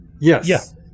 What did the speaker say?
Yes